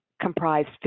comprised